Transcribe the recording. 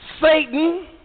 Satan